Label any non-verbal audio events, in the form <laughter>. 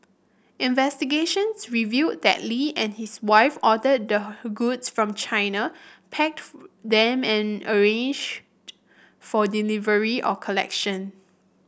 investigations revealed that Lee and his wife ordered the goods from China <unintelligible> them and arranged for delivery or collection